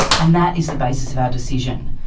and that is the basis of our decision.